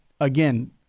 again